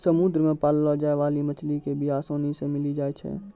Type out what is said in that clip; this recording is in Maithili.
समुद्र मे पाललो जाय बाली मछली के बीया आसानी से मिली जाई छै